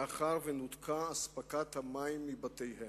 מאחר שנותקה אספקת המים מבתיהם.